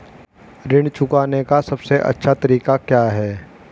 ऋण चुकाने का सबसे अच्छा तरीका क्या है?